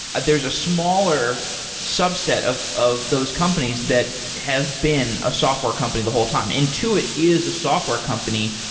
but there's a smaller subset of of those companies that have been a software company the whole time. intuit is a software company,